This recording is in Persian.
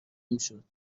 میشد